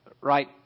right